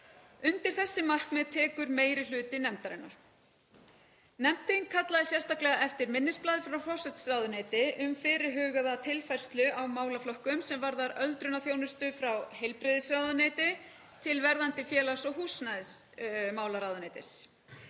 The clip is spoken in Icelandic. Undir þessi markmið tekur meiri hluti nefndarinnar. Nefndin kallaði sérstaklega eftir minnisblaði frá forsætisráðuneyti um fyrirhugaða tilfærslu á málaflokkum sem varða öldrunarþjónustu frá heilbrigðisráðuneyti til verðandi félags- og húsnæðismálaráðuneytis.